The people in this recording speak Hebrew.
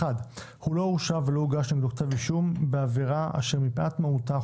הוא לא הורשע ולא הוגש נגדו כתב אישום בעבירה אשר מפאת מהותה,